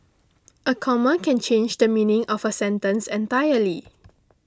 a comma can change the meaning of a sentence entirely